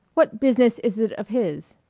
what business is it of his?